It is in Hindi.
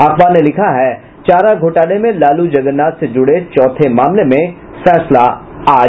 अखबार ने लिखा है चारा घोटाले में लालू जगन्नाथ से जुड़े चौथे मामले में फैसला आज